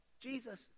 Jesus